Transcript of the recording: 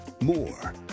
More